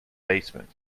basement